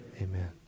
Amen